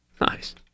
Nice